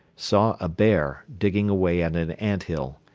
saw a bear, digging away at an ant-hill.